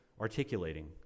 articulating